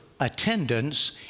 attendance